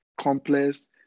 complex